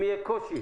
אם יהיה קושי,